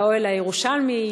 באוהל הירושלמי,